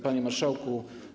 Panie Marszałku!